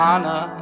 Anna